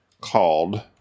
called